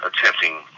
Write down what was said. attempting